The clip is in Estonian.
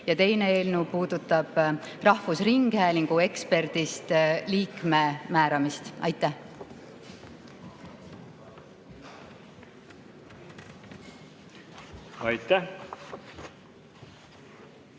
ja teine eelnõu puudutab rahvusringhäälingu eksperdist liikme määramist. Aitäh! Olen